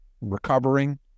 recovering